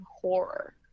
horror